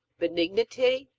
benignity,